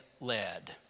led